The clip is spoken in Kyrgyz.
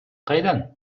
кайдан